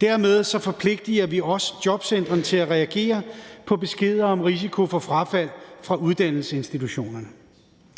Dermed forpligter vi også jobcentrene til at reagere på beskeder om risiko for frafald på uddannelsesinstitutioner.